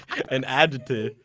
an adjective.